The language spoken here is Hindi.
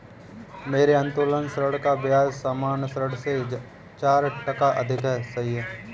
मेरे उत्तोलन ऋण का ब्याज सामान्य ऋण से चार टका अधिक है